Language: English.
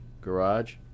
Garage